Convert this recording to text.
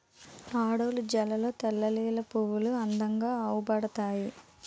ఆడోళ్ళు జడల్లో తెల్లలిల్లి పువ్వులు అందంగా అవుపడతాయి